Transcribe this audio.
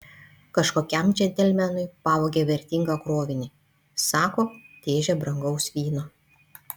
kažkokiam džentelmenui pavogė vertingą krovinį sako dėžę brangaus vyno